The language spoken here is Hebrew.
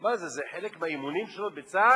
מה זה, זה חלק מהאימונים שלו בצה"ל?